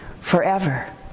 forever